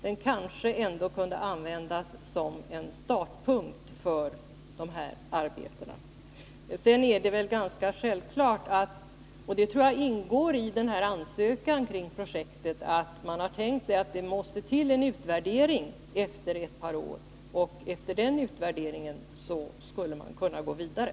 Den kanske kunde användas som en startpunkt för dessa arbeten. Det är ganska självklart — det tror jag ingår i ansökan kring projektet — att man tänkt sig en utvärdering efter ett par år. Efter den utvärderingen skulle man kunna gå vidare.